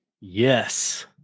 Yes